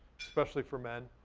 especially for men.